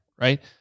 right